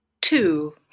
Two